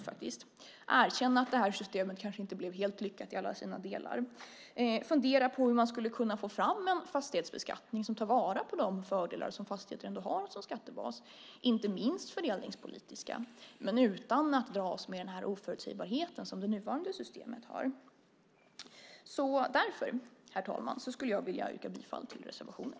Regeringen bör erkänna att det här systemet kanske inte blev helt lyckat i alla sina delar och fundera på hur man skulle kunna få fram en fastighetsbeskattning som tar vara på de fördelar som fastigheter ändå har som skattebas - inte minst fördelningspolitiska - men utan att dras med den oförutsägbarhet som det nuvarande systemet har. Därför, herr talman, yrkar jag bifall till reservationen.